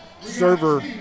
server